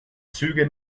züge